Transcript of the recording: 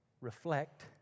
reflect